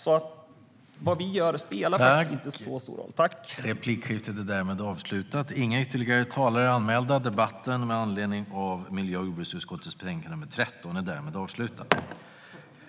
Vad Sverige gör spelar faktiskt inte så stor roll.